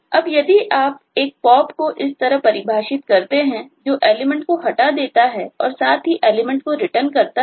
अब यदि आप एक Pop को इस तरह परिभाषित करते हैं जो एलिमेंट को हटा देता है और साथ ही एलिमेंट को रिटर्न करता है